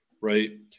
Right